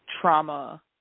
trauma